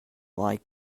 like